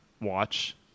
watch